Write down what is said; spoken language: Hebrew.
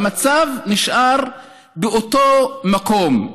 והמצב נשאר באותו מקום.